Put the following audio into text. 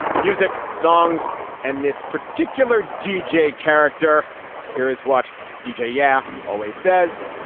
music, songs and this particular deejay character here is what d j. yeah, always says.